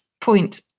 point